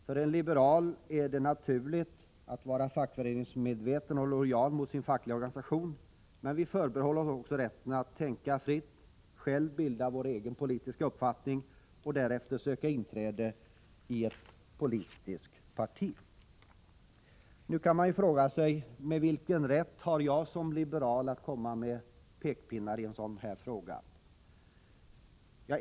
För en liberal är det naturligt att vara fackföreningsmedlem och lojal mot sin organisation. Men vi förbehåller oss rätten att tänka fritt, själva bilda oss vår egen politiska uppfattning och därefter söka inträde i ett politiskt parti. Man kan fråga sig: Vilken rätt har jag som liberal att komma med pekpinnar i den här frågan?